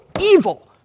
evil